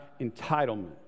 entitlement